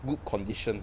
good condition